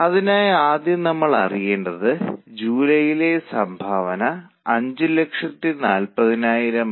അതിനാൽ സത്വാഹൻ എന്റർപ്രൈസസ് ഒരു കരട് ബജറ്റ് തയ്യാറാക്കിയിട്ടുണ്ട്